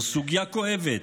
זו סוגיה כואבת,